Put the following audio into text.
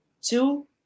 Two